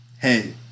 hey